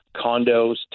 condos